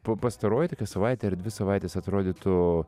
pa pastaroji tokia savaitė ar dvi savaitės atrodytų